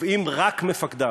קובעים רק מפקדיו,